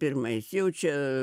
pirmais jau čia